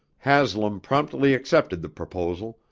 haslam promptly accepted the proposal,